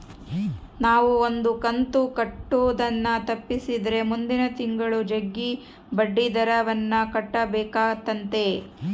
ನಾವು ಒಂದು ಕಂತು ಕಟ್ಟುದನ್ನ ತಪ್ಪಿಸಿದ್ರೆ ಮುಂದಿನ ತಿಂಗಳು ಜಗ್ಗಿ ಬಡ್ಡಿದರವನ್ನ ಕಟ್ಟಬೇಕಾತತೆ